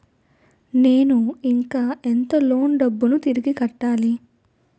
నేను ఇంకా ఎంత లోన్ డబ్బును తిరిగి కట్టాలి?